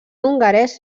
hongarès